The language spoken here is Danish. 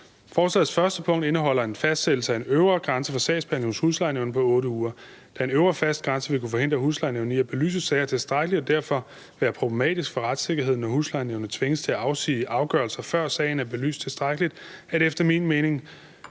Forslagets 1. punkt indeholder en fastsættelse af en øvre grænse for sagsbehandling hos huslejenævnet på 8 uger. Da en øvre fast grænse vil kunne forhindre huslejenævnet i at belyse sager tilstrækkeligt og derfor være problematisk for retssikkerheden, når huslejenævnet tvinges til at afsige afgørelser, før sagen er belyst tilstrækkeligt, er det efter min mening